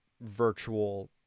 virtual